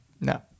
No